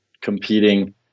competing